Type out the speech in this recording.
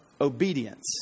obedience